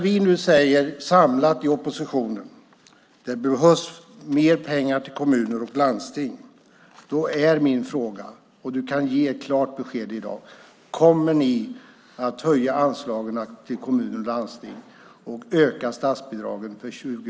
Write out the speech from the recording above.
Vi säger nu samlat i oppositionen: Det behövs mer pengar till kommuner och landsting. Min fråga är: Kommer ni att höja anslagen till kommuner och landsting och öka statsbidragen för 2010?